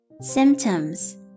Symptoms